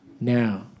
Now